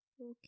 Okay